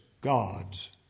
God's